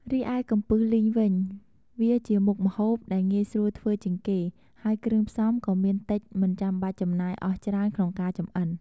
រីឯកំពឹសលីងវិញ វាជាមុខម្ហូបដែលងាយស្រួលធ្វើជាងគេ ហើយគ្រឿងផ្សំក៏មានតិចមិនចំបាច់ចំណាយអស់ច្រើនក្នុងការចម្អិន។